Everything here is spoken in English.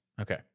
okay